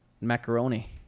macaroni